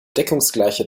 deckungsgleiche